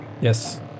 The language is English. Yes